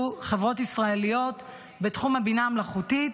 חברות ישראליות בתחום הבינה המלאכותית,